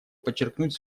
подчеркнуть